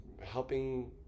helping